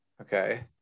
Okay